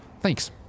Thanks